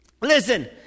listen